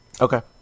Okay